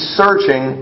searching